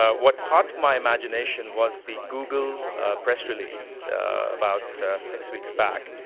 ah what caught my imagination was the google press release about six weeks back.